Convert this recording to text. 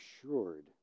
assured